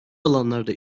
alanlarda